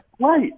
Right